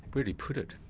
where do you put it?